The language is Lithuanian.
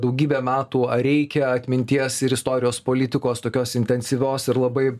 daugybę metų ar reikia atminties ir istorijos politikos tokios intensyvios ir labai